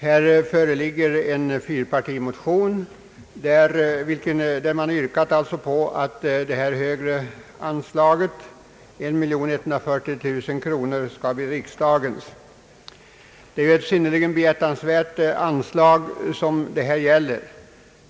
Här föreligger en fyrpartimotion i vilken yrkas att riksdagen skall fatta beslut om det högre beloppet, dvs. 1140 000 kronor. Det är ett synnerligen behjärtansvärt anslag som det här gäller.